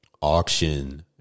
auction